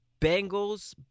Bengals